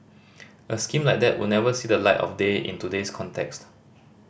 a scheme like that would never see the light of day in today's context